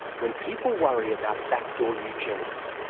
when people worry about backdoor eugenics,